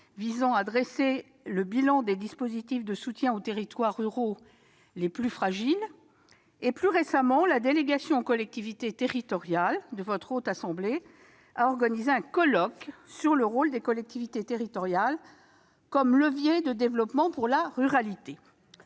visait à dresser le bilan des dispositifs de soutien aux territoires ruraux les plus fragiles. Plus récemment encore, la délégation aux collectivités territoriales de la Haute Assemblée a organisé un colloque sur le rôle des collectivités territoriales comme levier de développement pour la ruralité.